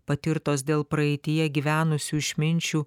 patirtos dėl praeityje gyvenusių išminčių